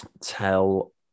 tell